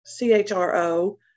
CHRO